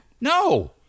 No